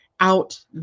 out